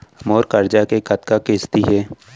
मोर करजा के कतका किस्ती हे?